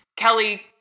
Kelly